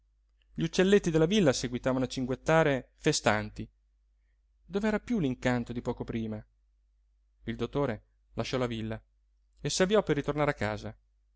gli uccelletti della villa seguitavano a cinguettare festanti dov'era piú l'incanto di poco prima il dottore lasciò la villa e s'avviò per ritornare a casa